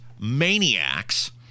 maniacs